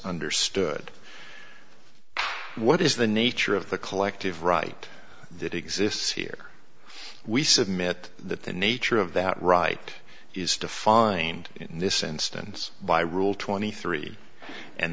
understood what is the nature of the collective right that exists here we submit that the nature of that right is defined in this instance by rule twenty three and